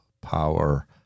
power